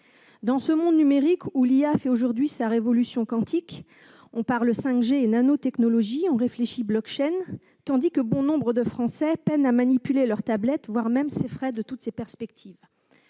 Dans ce monde numérique où l'intelligence artificielle fait aujourd'hui sa révolution quantique, on parle 5G et nanotechnologies, on réfléchit, tandis que bon nombre de Français peinent à manipuler leur tablette, voire s'effraient de toutes ces perspectives.